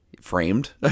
framed